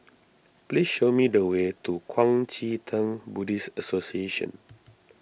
please show me the way to Kuang Chee Tng Buddhist Association